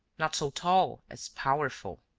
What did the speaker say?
not so tall as powerful.